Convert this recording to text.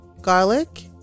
garlic